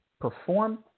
perform